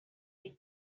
ellos